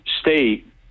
state